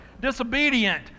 disobedient